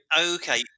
Okay